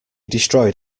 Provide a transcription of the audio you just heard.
destroyed